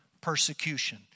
persecution